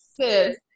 sis